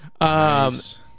Nice